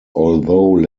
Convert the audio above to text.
although